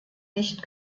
nicht